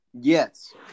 Yes